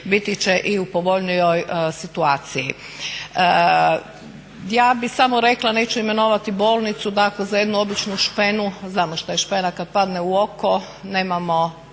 biti će i u povoljnijoj situaciji. Ja bih samo rekla, neću imenovati bolnicu, dakle za jednu običnu špenu, znamo šta je špena kada padne u oko nemamo